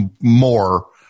more